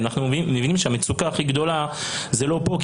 אנחנו מבינים שהמצוקה הכי גדולה היא לא פה,